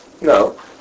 No